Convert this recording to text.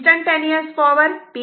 instantaneous power p v i